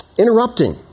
Interrupting